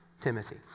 Timothy